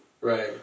Right